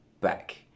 back